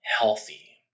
healthy